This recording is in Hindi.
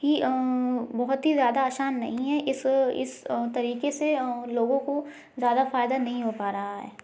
ही बहुत ही ज़्यादा आसान नहीं है इस इस तरीके से लोगों को ज़्यादा फायदा नहीं हो पा रहा है